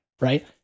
right